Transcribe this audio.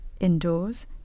Indoors